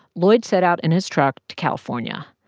lloyd set out in his truck to california,